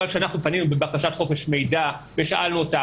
אבל כשאנחנו פנינו בבקשת חופש מידע ושאלנו אותה